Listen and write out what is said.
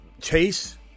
Chase